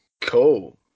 cool